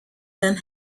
man